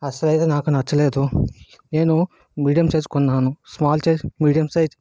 అస్సలైతే నాకు నచ్చలేదు నేను మీడియం సైజ్ కొన్నాను స్మాల్ సైజ్ మీడియం సైజ్